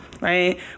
right